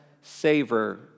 savor